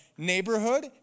neighborhood